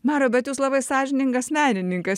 mariau bet jūs labai sąžiningas menininkas